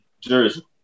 jersey